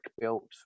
built